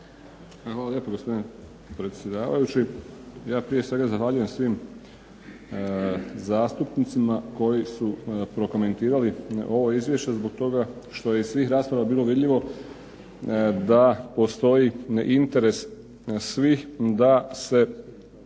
Hvala lijepo gospodine predsjedavajući. Ja prije svega zahvaljujem svim zastupnicima koji su prokomentirali ovo izvješće, zbog toga što je iz svih rasprava bilo vidljivo da postoji interes svih da se